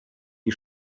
wie